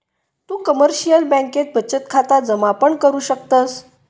तु कमर्शिअल बँकेत बचत खाता जमा पण करु शकतस